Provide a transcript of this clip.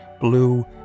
blue